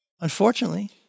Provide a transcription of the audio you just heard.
Unfortunately